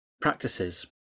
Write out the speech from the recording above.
practices